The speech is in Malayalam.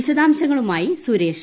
വിശദാംശങ്ങളുമായി സുരേഷ്